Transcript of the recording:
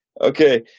Okay